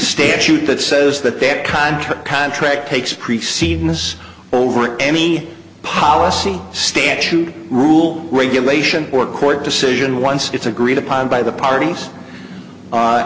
statute that says that that contract contract takes precedings over any policy stance rule regulation or a court decision once it's agreed upon by the parties